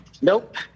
Nope